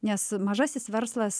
nes mažasis verslas